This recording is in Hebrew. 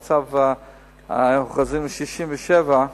אם הכוונה לחזרה לגבולות 67',